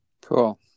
cool